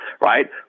right